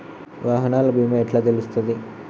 వాహనాల బీమా ఎట్ల తెలుస్తది?